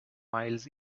miles